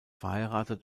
verheiratet